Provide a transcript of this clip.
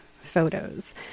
photos